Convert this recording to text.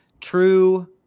true